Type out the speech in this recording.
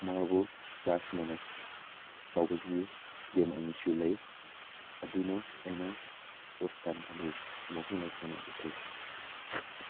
ꯃꯥꯔꯕꯣꯜ plus minus ꯇꯧꯕꯁꯤꯒꯤ game ꯑꯅꯤꯁꯨ ꯂꯩ ꯑꯗꯨꯅ ꯑꯩꯅ ꯐꯥꯔꯁ ꯇꯥꯏꯝ ꯑꯗꯨ ꯃꯈꯣꯏꯅ ꯁꯥꯟꯅꯕꯁꯦ